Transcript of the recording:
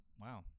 wow